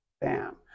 Bam